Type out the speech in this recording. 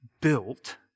built